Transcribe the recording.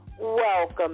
Welcome